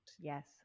Yes